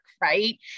right